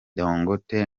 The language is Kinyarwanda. dangote